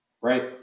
right